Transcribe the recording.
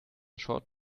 short